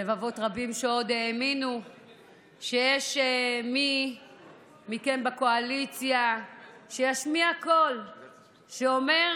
לבבות רבים שעוד האמינו שיש מי מכם בקואליציה שישמיע קול שאומר,